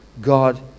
God